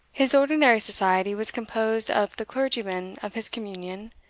his ordinary society was composed of the clergyman of his communion,